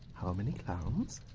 how many clowns,